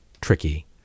tricky